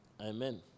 Amen